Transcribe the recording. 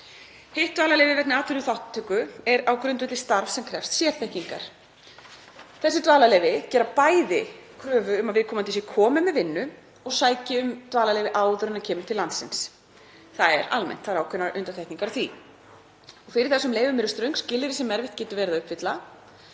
Hitt dvalarleyfið vegna atvinnuþátttöku er á grundvelli starfs sem krefst sérþekkingar. Bæði þessi dvalarleyfi gera kröfu um að viðkomandi sé kominn með vinnu og sæki um dvalarleyfi áður en hann kemur til landsins. Það er almenn regla, það eru ákveðnar undantekningar á því. Fyrir þessum leyfum eru ströng skilyrði sem erfitt getur verið að uppfylla,